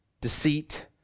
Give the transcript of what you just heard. deceit